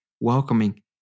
welcoming